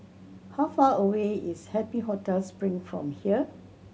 how far away is Happy Hotel Spring from here